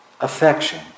affection